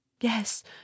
Yes